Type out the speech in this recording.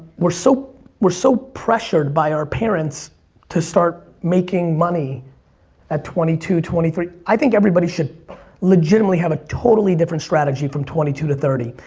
we're so pressured so pressured by our parents to start making money at twenty two, twenty three. i think everybody should legitimately have totally different strategy from twenty two to thirty.